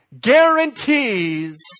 guarantees